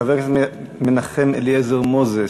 חבר הכנסת מנחם אליעזר מוזס,